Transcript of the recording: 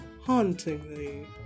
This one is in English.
Hauntingly